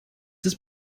ist